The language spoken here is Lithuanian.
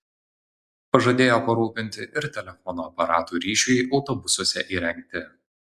pažadėjo parūpinti ir telefono aparatų ryšiui autobusuose įrengti